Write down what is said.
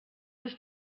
ist